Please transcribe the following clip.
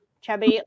chubby